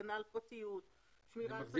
הגנה על פרטיות וכולי.